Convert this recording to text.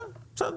כן, בסדר.